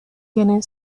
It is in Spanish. tienen